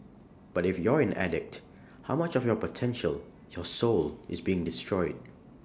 but if you're an addict how much of your potential your soul is being destroyed